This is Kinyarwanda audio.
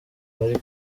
bari